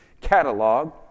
catalog